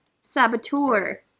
Saboteur